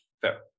Fair